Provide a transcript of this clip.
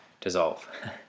dissolve